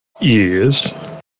yes